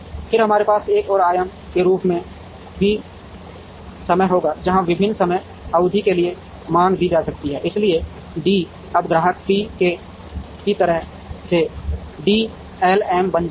फिर हमारे पास एक और आयाम के रूप में भी समय होगा जहां विभिन्न समय अवधि के लिए मांग दी जा सकती है इसलिए डी अब ग्राहक पी के की तरफ से डी एलएम बन जाएगा